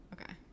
Okay